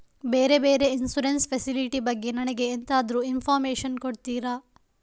ಬೇರೆ ಬೇರೆ insurance facility ಬಗ್ಗೆ ನನಗೆ ಎಂತಾದ್ರೂ ಇನ್ಫೋರ್ಮೇಷನ್ ಕೊಡ್ತೀರಾ?